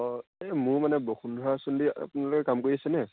অঁ এই মোৰ মানে বসুন্ধৰা আঁচনিত আপোনালোকে কাম কৰি আছেনে